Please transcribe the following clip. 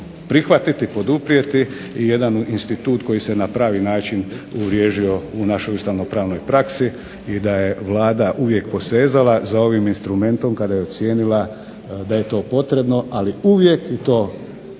prihvatiti, poduprijeti i jedan institut koji se na pravi način uvriježio u našoj ustavnopravnoj praksi i da je Vlada uvijek posezala za ovim instrumentom kada je ocijenila da je to potrebno, ali uvijek i to, na